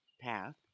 path